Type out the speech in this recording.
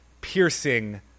piercing